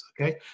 okay